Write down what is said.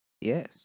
yes